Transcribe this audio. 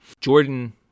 Jordan